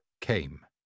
came